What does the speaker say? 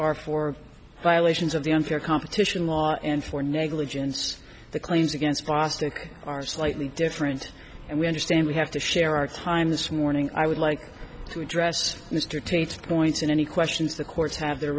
are for violations of the unfair competition law and for negligence the claims against bostic are slightly different and we understand we have to share our time this morning i would like to address mr tate points in any questions the courts have the